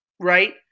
Right